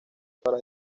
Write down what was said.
para